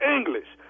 English